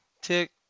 tick